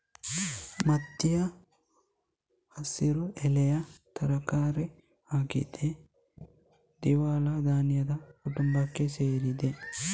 ಮೆಂತ್ಯ ಹಸಿರು ಎಲೆ ತರಕಾರಿ ಆಗಿದ್ದು ದ್ವಿದಳ ಧಾನ್ಯದ ಕುಟುಂಬಕ್ಕೆ ಸೇರಿದೆ